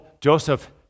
Joseph